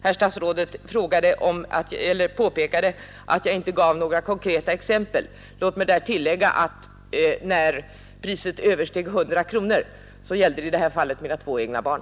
Herr statsrådet påpekade att jag inte gav några konkreta exempel. Låt mig då tillägga att i det fall när priset översteg 100 kronor gällde det mina två egna barn.